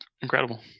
incredible